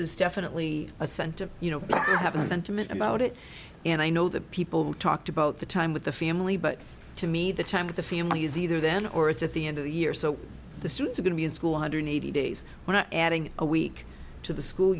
is definitely a sentence you know i have a sentiment about it and i know that people talked about the time with the family but to me the time of the family is either then or it's at the end of the year so the students are going to be in school one hundred eighty days when i'm adding a week to the school